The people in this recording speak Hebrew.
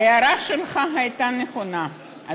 ההערה שלך הייתה נכונה,